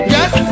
Yes